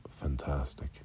fantastic